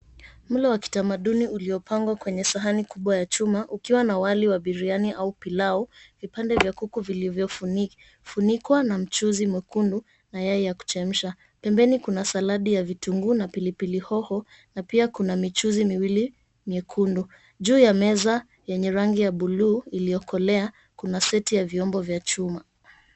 Mlo wa kitamaduni uliopangwa kwenye sahani kubwa ya chuma, ukiwa na wali wa biriani au pilau, vipande vya kuku vilivyofunikwa na mchuzi mwekundu na yai ya kuchemsha. Pembeni kuna saladi ya vitunguu na pilipili hoho na pia kuna michuzi miwili myekundu. Juu ya meza yenye rangi ya bluu iliyokolea kuna seti ya vyombo vya chuma.